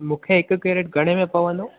मूंखे हिकु केरेट घणे में पवंदो